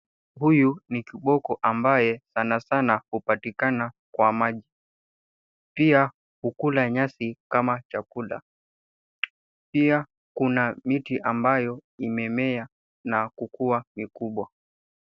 Huyu ni kiboko ambaye sana sana hupatikana kwa maji. Pia, hukula nyasi kama chakula. Pia kuna miti ambayo imemea na kukua mikubwa.